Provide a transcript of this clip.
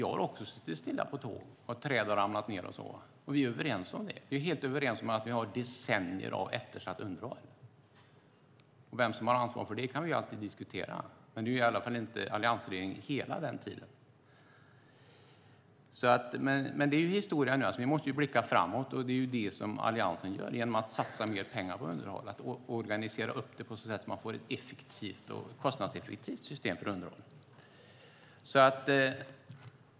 Jag har också suttit stilla på tåg för att träd har ramlat ned och så vidare. Vi är helt överens om att vi i Sverige har decennier av eftersatt underhåll. Vem som har ansvar för det kan vi alltid diskutera, men det har i alla fall inte varit alliansregeringen hela tiden. Det är historia; nu måste vi blicka framåt. Det gör Alliansen genom att satsa mer pengar på underhåll och organisera upp det så att vi får ett kostnadseffektivt system för underhåll.